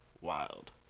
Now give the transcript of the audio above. wild